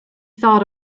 thought